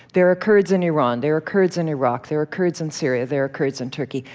there are kurds in iran, there are kurds in iraq, there are kurds in syria. there are kurds in turkey.